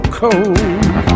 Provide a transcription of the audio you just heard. cold